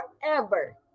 forever